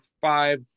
five